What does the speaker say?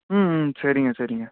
ம் ம் சரிங்க சரிங்க